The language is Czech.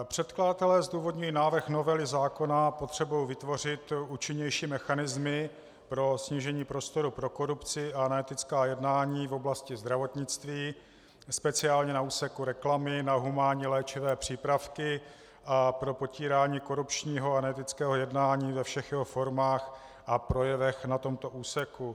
Předkladatelé zdůvodňují návrh novely zákona potřebou vytvořit účinnější mechanismy pro snížení prostoru pro korupci a neetická jednání v oblasti zdravotnictví, speciálně na úseku reklamy na humánní léčivé přípravky, a pro potírání korupčního a neetického jednání ve všech jeho formách a projevech na tomto úseku.